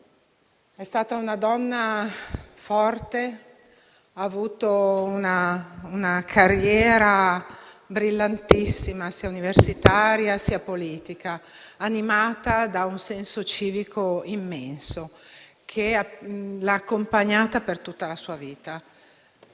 È stata una donna forte, che ha avuto una brillantissima carriera sia universitaria, che politica, animata da un senso civico immenso che l'ha accompagnata per tutta la sua vita.